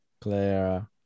Clara